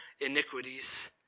iniquities